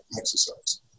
exercise